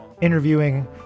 interviewing